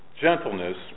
gentleness